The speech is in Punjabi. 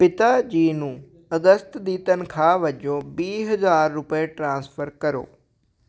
ਪਿਤਾ ਜੀ ਨੂੰ ਅਗਸਤ ਦੀ ਤਨਖਾਹ ਵਜੋਂ ਵੀਹ ਹਜ਼ਾਰ ਰੁਪਏ ਟ੍ਰਾਂਸਫਰ ਕਰੋ